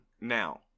now